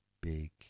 big